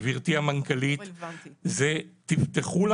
גברתי המנכ"לית, זה תמתחו לנו